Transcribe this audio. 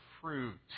fruit